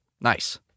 Nice